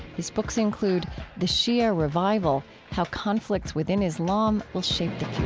his books include the shia revival how conflicts within islam will shape the